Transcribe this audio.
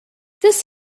this